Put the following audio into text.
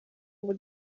ngo